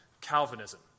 Calvinism